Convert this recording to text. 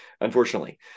unfortunately